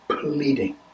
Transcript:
pleading